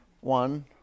One